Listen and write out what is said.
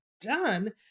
done